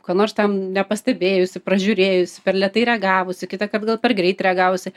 ko nors ten nepastebėjusi pražiūrėjus per lėtai reagavusi kitąkart gal per greitai reagavusi